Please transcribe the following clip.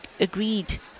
agreed